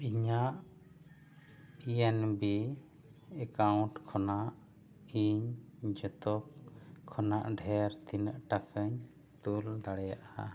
ᱤᱧᱟᱹᱜ P N B account ᱠᱷᱚᱱᱟᱜ ᱤᱧ ᱡᱚᱛᱚ ᱠᱷᱚᱱᱟᱜ ᱰᱷᱮᱨ ᱛᱤᱱᱟᱹᱜ ᱴᱟᱠᱟᱧ ᱛᱩᱞ ᱫᱟᱲᱮᱭᱟᱜᱼᱟ